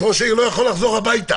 ראש העיר לא יכול לחזור הביתה,